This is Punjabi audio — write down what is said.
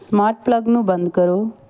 ਸਮਾਟ ਪਲੱਗ ਨੂੰ ਬੰਦ ਕਰੋ